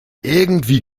irgendwie